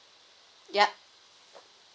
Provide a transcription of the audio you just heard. yup